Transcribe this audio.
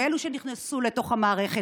באילו שנכנסו לתוך המערכת,